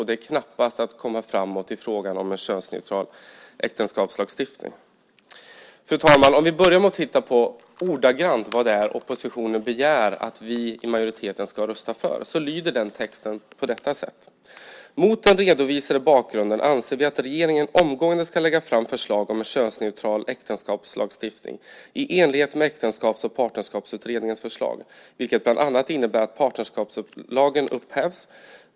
Det är knappast att komma framåt i frågan om en könsneutral äktenskapslagstiftning. Fru talman! Låt oss börja titta på vad oppositionen begär att vi i majoriteten ska rösta för. Man vill att mot den redovisade bakgrunden regeringen omgående ska lägga fram förslag om en könsneutral äktenskapslagstiftning i enlighet med Äktenskaps och partnerskapsutredningens förslag, vilket bland annat innebär att partnerskapslagen upphävs.